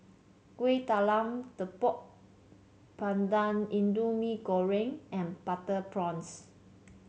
Kueh Talam Tepong Pandan Indian Mee Goreng and Butter Prawns